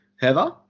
Heather